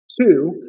Two